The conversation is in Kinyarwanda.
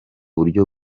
buryo